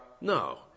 no